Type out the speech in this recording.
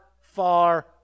far